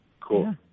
Cool